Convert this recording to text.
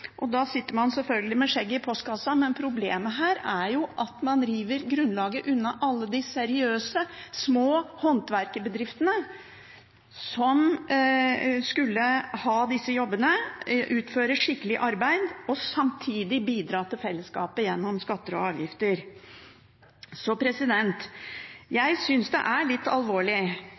Da sitter man selvfølgelig med skjegget i postkassa. Men problemet her er at man river grunnlaget unna alle de seriøse små håndverkerbedriftene som skulle ha disse jobbene, utføre skikkelig arbeid og samtidig bidra til fellesskapet gjennom skatter og avgifter. Jeg synes det er litt alvorlig